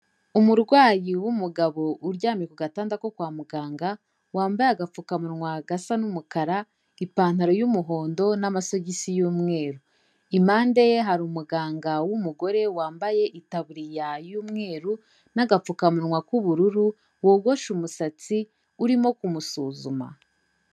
Umurwayi w'umugabo uryamye ku gatanda ko kwa muganga, wambaye agapfukamunwa gasa n'umukara, ipantaro y'umuhondo n'amasogisi y'umweru, impande ye hari umuganga w'umugore wambaye itabuririya y'umweru n'agapfukamunwa k'ubururu, wogoshe umusatsi urimo kumusuzuma.